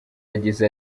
yagize